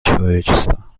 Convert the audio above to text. человечества